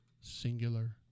singular